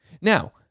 Now